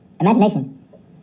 imagination